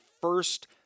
first